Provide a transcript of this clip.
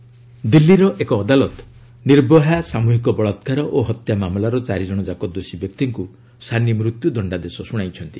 ମହା ନିର୍ଭୟା ଦିଲ୍ଲୀର ଏକ ଅଦାଲତ ନିର୍ଭୟା ସାମୁହିକ ବଳାକାର ଓ ହତ୍ୟା ମାମଲାର ଚାରି ଜଣଯାକ ଦୋଷୀ ବ୍ୟକ୍ତିଙ୍କୁ ସାନି ମୃତ୍ୟୁ ଦଶ୍ଡାଦେଶ ଶୁଣାଇଛନ୍ତି